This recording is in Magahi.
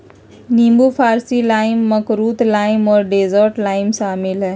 नींबू फारसी लाइम, मकरुत लाइम और डेजर्ट लाइम शामिल हइ